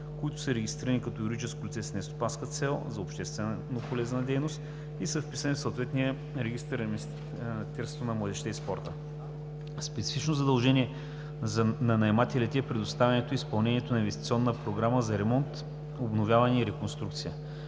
които са регистрирани като юридически лица с нестопанска цел за общественополезна дейност и са вписани в съответния регистър на Министерството на младежта и спорта. Специфично задължение на наемателите е представянето и изпълнението на инвестиционна програма за ремонт, обновяване и реконструкция.